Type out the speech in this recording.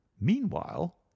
meanwhile